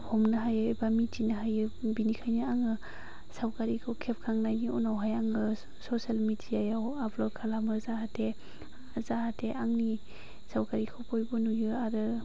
हमनो हायो बा मिथिनो हायो बिनिखायनो आङो सावगारिखौ खेबखांनायनि उनावहाय आङो ससेल मिदियायाव आपलद खालामो जाहाथे जाहाथे आंनि सावगारिखौ बयबो नुयो आरो